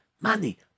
money